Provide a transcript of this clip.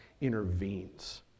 intervenes